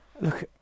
Look